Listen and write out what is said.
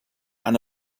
and